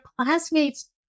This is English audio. classmates